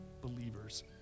believers